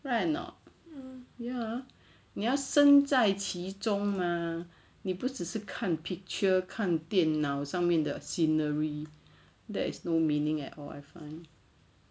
right or not ya 你要身在其中 mah 你不只是看 picture 看电脑上面的 scenery that is no meaning at all I find